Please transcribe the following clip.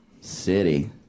City